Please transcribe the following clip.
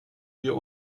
wir